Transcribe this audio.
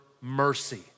mercy